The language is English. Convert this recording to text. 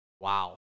Wow